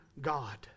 God